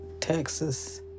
Texas